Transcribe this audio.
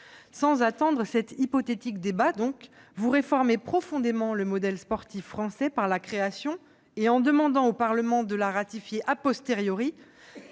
sans attendre cet hypothétique débat, vous réformez profondément le modèle sportif français par la création, que vous demandez au Parlement de ratifier, d'une